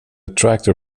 tractor